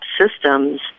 systems